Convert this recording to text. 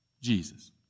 Jesus